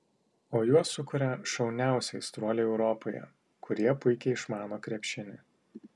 o juos sukuria šauniausi aistruoliai europoje kurie puikiai išmano krepšinį